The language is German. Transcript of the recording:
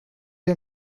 wir